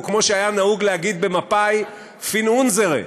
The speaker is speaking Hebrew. או כמו שהיה נהוג להגיד במפא"י: פון אונזערע,